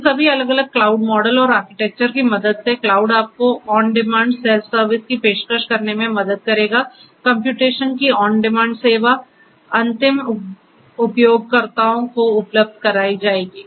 इन सभी अलग अलग क्लाउड मॉडल और आर्किटेक्चर की मदद से क्लाउड आपको ऑन डिमांड सेल्फ सर्विस की पेशकश करने में मदद करेगा कम्प्यूटेशन की ऑन डिमांड सेवा अंतिम उपयोगकर्ताओं को उपलब्ध कराई जाएगी